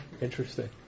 interesting